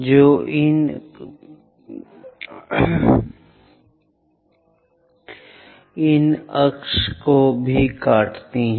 जो इस 1 बिंदु 3 बिंदु को जोड़ रहा होगा इसलिए यह इस बिंदु पर अक्ष को काट देता है